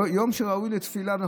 יום שראוי לתפילה.